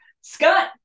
Scott